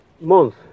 month